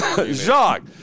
Jacques